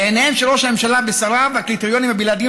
בעיניהם של ראש הממשלה ושריו הקריטריונים הבלעדיים